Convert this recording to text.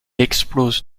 explose